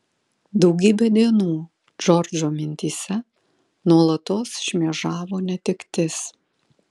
daugybę dienų džordžo mintyse nuolatos šmėžavo netektis